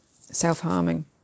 self-harming